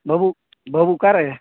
ᱵᱟᱹᱵᱩ ᱵᱟᱹᱵᱩ ᱚᱠᱟᱨᱮ